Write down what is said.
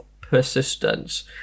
persistence